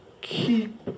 keep